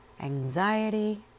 anxiety